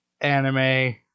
anime